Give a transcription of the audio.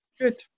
Good